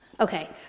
Okay